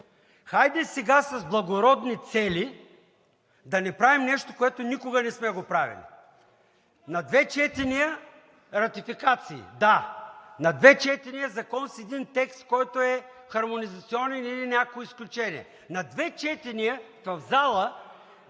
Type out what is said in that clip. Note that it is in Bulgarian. хайде сега с благородни цели да не правим нещо, което никога не сме правили! На две четения ратификации – да. На две четения закон с един текст, който е хармонизационен или някакво изключение! На две четения в залата